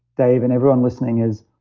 dave and everyone listening is,